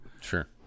Sure